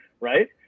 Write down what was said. right